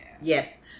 yes